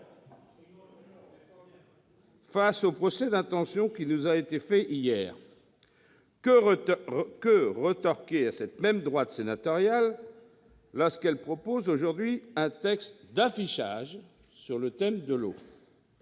égard au procès d'intention qui nous a été fait hier, que rétorquer aujourd'hui à cette même droite sénatoriale lorsqu'elle propose un texte d'affichage sur le thème de l'eau ?